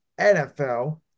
NFL